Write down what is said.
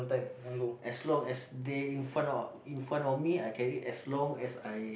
as long as they in front in front of me I can eat as long as I